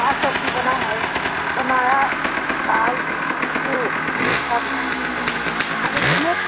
क्या सब्ज़ी बना है बनाया दाल वह प ख़रीदने